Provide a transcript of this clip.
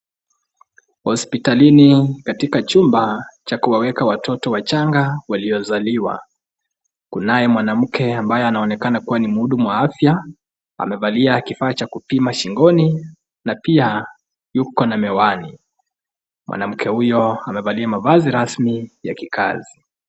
Hospitalini katika chumba cha kuwaweka watoto waliozaliwa kuna mwanamke ambaye anaonekana kuwa ni mhudumu wa afya amevalia kifua cha kupimwa shingoni na pia yuko na miwani. Mwanamke huyo amevalia mavazi rasmi ya kikazi.